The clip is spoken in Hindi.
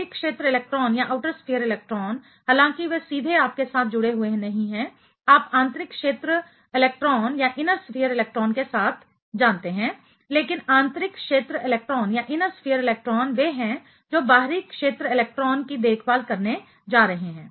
बाहरी क्षेत्र इलेक्ट्रॉन हालांकि वे सीधे आपके साथ जुड़े हुए नहीं हैं आप आंतरिक क्षेत्र इलेक्ट्रॉन के साथ जानते हैं लेकिन आंतरिक क्षेत्र इलेक्ट्रॉन वे हैं जो बाहरी क्षेत्र इलेक्ट्रॉन की देखभाल करने जा रहे हैं